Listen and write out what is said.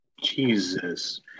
Jesus